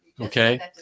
Okay